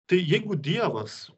tai jeigu dievas